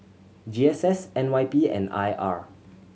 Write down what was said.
G S S N Y P and I R